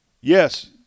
Yes